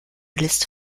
liste